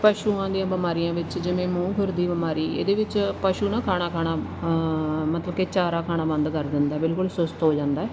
ਪਸ਼ੂਆਂ ਦੀਆਂ ਬਿਮਾਰੀਆਂ ਵਿੱਚ ਜਿਵੇਂ ਮੂੰਹ ਖੁਰ ਦੀ ਬਿਮਾਰੀ ਇਹਦੇ ਵਿੱਚ ਪਸ਼ੂ ਨਾ ਖਾਣਾ ਖਾਣਾ ਮਤਲਬ ਕਿ ਚਾਰਾ ਖਾਣਾ ਬੰਦ ਕਰ ਦਿੰਦਾ ਬਿਲਕੁਲ ਸੁਸਤ ਹੋ ਜਾਂਦਾ